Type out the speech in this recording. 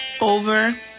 over